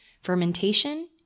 fermentation